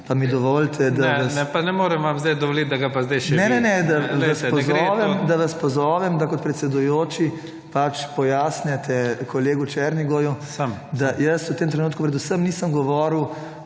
MARKO KOPRIVC (PS SD)**: Ne, ne, da vas pozovem, da kot predsedujoči pač pojasnite kolegu Černigoju, da jaz v tem trenutku predvsem nisem govoril